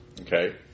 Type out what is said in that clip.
Okay